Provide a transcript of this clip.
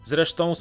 Zresztą